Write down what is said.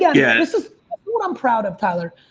yeah this is what i'm proud of tyler.